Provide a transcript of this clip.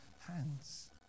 hands